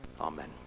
Amen